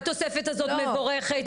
התוספת הזאת מבורכת,